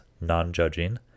non-judging